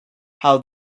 how